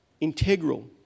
integral